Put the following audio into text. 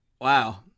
Wow